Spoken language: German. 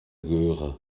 göre